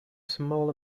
small